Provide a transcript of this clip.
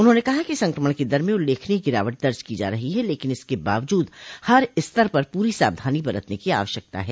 उन्होंने कहा कि संक्रमण की दर में उल्लेखनीय गिरावट दर्ज की जा रही है लेकिन इसके बावजूद हर स्तर पर पूरी सावधानी बरतने की आवश्यकता है